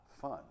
fun